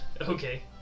Okay